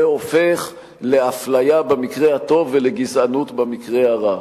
זה הופך לאפליה במקרה הטוב ולגזענות במקרה הרע.